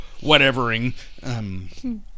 whatevering